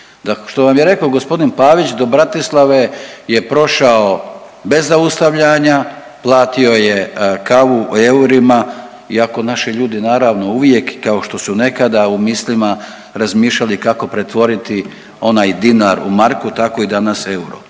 što vam je rekao g. Pavić, do Bratislave je prošao bez zaustavljanja, platio je kavu u eurima iako naši ljudi, naravno, uvijek i kao što su nekada u mislima razmišljali kako pretvoriti onaj dinar u marku, tako i danas euro.